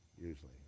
usually